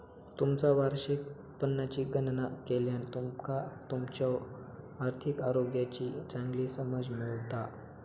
तुमचा वार्षिक उत्पन्नाची गणना केल्यान तुमका तुमच्यो आर्थिक आरोग्याची चांगली समज मिळता